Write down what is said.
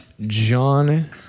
John